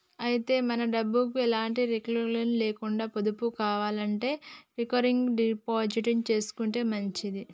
అయితే మన డబ్బుకు ఎలాంటి రిస్కులు లేకుండా పొదుపు కావాలంటే రికరింగ్ డిపాజిట్ చేసుకుంటే మంచిది